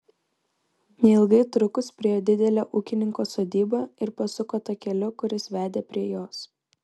neilgai trukus priėjo didelę ūkininko sodybą ir pasuko takeliu kuris vedė prie jos